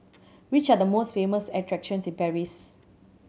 which are the famous attractions in Paris